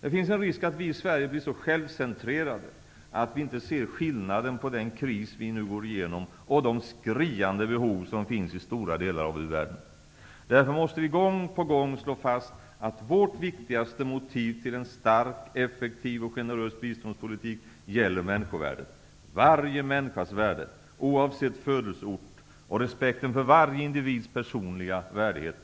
Det finns en risk att vi i Sverige blir så självcentrerade att vi inte ser skillnaden på den kris vi nu går igenom och de skriande behov som finns i stora delar av u-världen. Därför måste vi gång på gång slå fast att vårt viktigaste motiv till en stark, effektiv och generös biståndspolitik gäller människovärdet, varje människas värde -- oavsett födelseort -- och respekten för varje individs personliga värdighet.